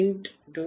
265